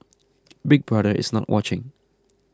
Big Brother is not watching